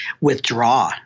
withdraw